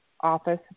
office